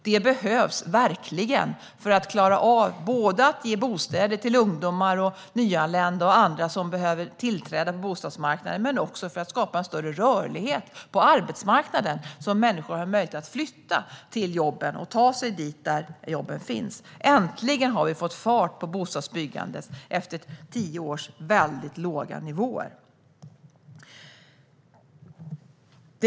Det behövs verkligen, både för att klara av att ge bostäder till ungdomar, nyanlända och andra som behöver tillträde till bostadsmarknaden och för att skapa en större rörlighet på arbetsmarknaden, så att människor har möjlighet att flytta till jobben och ta sig dit där jobben finns. Äntligen har vi fått fart på bostadsbyggandet efter tio års väldigt låga nivåer.